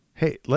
Hey